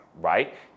right